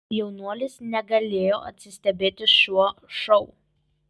jaunuolis negalėjo atsistebėti šiuo šou